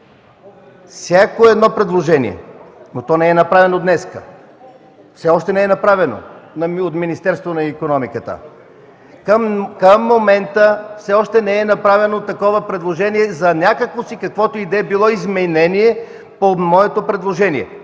всяко предложение, то не е направено днес, все още не е направено от Министерството на икономиката, енергетиката и туризма. Към момента все още не е направено такова предложение за някакво си, каквото и да е било изменение по моето предложение,